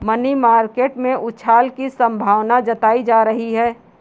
money market में उछाल की संभावना जताई जा रही है